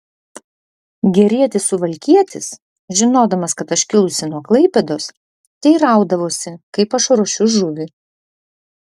gerietis suvalkietis žinodamas kad aš kilusi nuo klaipėdos teiraudavosi kaip aš ruošiu žuvį